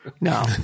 No